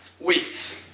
weeks